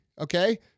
okay